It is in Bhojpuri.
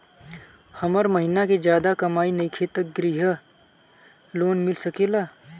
हमर महीना के ज्यादा कमाई नईखे त ग्रिहऽ लोन मिल सकेला?